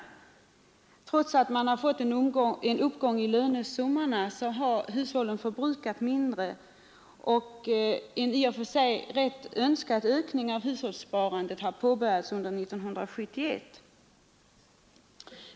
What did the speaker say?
Trots att man fått en ökning i lönesummorna har hushållens förbrukning minskat och en i och för sig rätt önskad ökning av hushållssparandet har påbörjats under 1971.